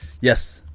Yes